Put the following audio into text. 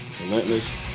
relentless